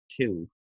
two